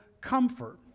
comfort